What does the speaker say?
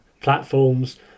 platforms